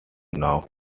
now